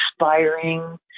inspiring